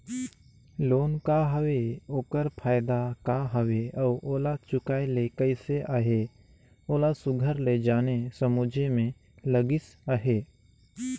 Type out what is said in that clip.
loan का हवे ओकर फएदा का हवे अउ ओला चुकाए ले कइसे अहे ओला सुग्घर ले जाने समुझे में लगिस अहे